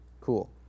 Cool